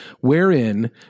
wherein